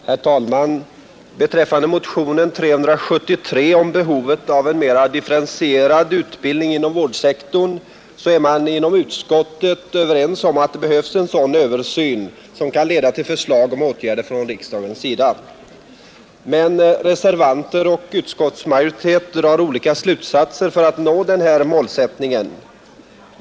Herr talman! Beträffande motionen 373, som rör behovet av en mera differentierad utbildning inom vårdsektorn, är utskottets ledamöter överens om att det behövs en översyn som kan leda till förslag om åtgärder från riksdagens sida. Men reservanterna och utskottsmajoriteten har olika uppfattningar om hur man skall nå denna målsättning.